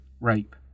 rape